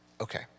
Okay